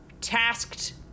tasked